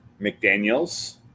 McDaniels